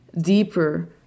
deeper